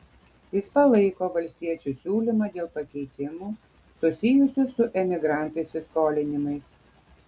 jis palaiko valstiečių siūlymą dėl pakeitimų susijusių su emigrantų įsiskolinimais